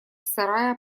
сарая